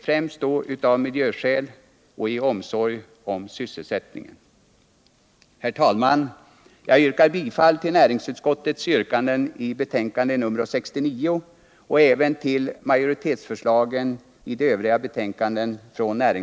främst av miljöskäl och i omsorg om sysselsättningen.